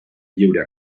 lliure